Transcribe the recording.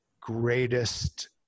greatest